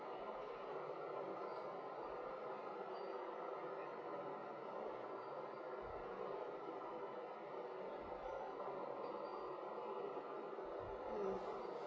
hmm